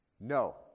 No